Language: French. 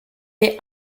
est